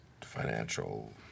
financial